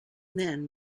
then